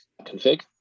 config